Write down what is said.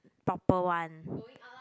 proper one